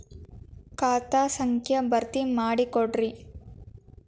ಖಾತಾ ಸಂಖ್ಯಾ ಭರ್ತಿ ಮಾಡಿಕೊಡ್ರಿ